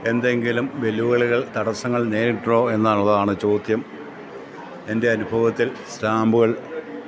എന്തെങ്കിലും വെല്ലുവിളികൾ തടസ്സങ്ങൾ നേരിട്ടിട്ടുണ്ടോയെന്നുള്ളതാണ് ചോദ്യം എൻ്റെ അനുഭവത്തിൽ സ്റ്റാമ്പുകൾ